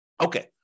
Okay